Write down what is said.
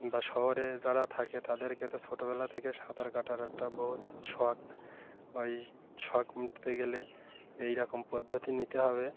বা শহরে যারা থাকে তাদেরকে তো ছোটোবেলা থেকে সাঁতার কাটার একটা বহুত শখ ওই শখ উঠতে গেলে এই রকম পদ্ধতি নিতে হবে